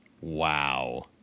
Wow